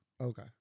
Okay